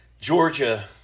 Georgia